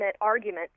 argument